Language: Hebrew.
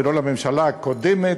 ולא לממשלה הקודמת,